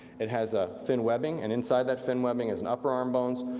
it has a fin webbing and inside that fin webbing is an upper arm bones,